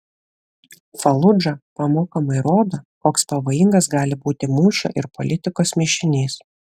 faludža pamokomai rodo koks pavojingas gali būti mūšio ir politikos mišinys